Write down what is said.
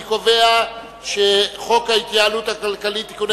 אני קובע שהצעת חוק ההתייעלות הכלכלית (תיקוני